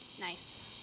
Nice